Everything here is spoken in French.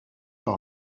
par